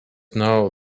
know